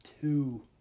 two